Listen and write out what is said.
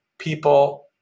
People